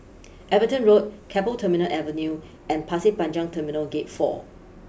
Everton Road Keppel Terminal Avenue and Pasir Panjang Terminal Gate four